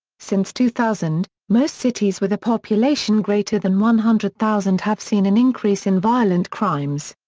since two thousand, most cities with a population greater than one hundred thousand have seen an increase in violent crimes.